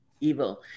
evil